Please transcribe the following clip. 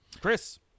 Chris